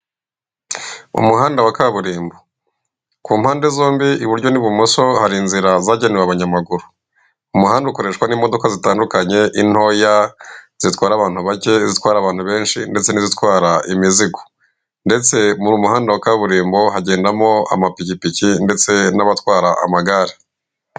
Mu muhanda wa kaburimbo ku mpande zombi iburyo n'ibumoso hari inzira zagenewe abanyamaguru. Umuhanda ukoreshwa n'imodoka zitandukanye intoya zitwara abantu bake, izitwara abantu benshi ndetse n'izitwara imizigo, ndetse mu muhanda wa kaburimbo hagendamo amapikipiki ndetse n'abatwara amagare.